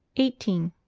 eighteen.